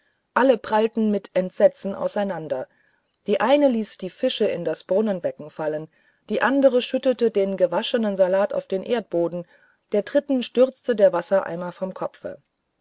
alle prallten mit entsetzen auseinander die eine ließ die fische in das brunnenbecken fahren die andere schüttete den gewaschenen salat auf den erdboden der dritten stürzte der wassereimer vom kopfe